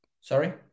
Sorry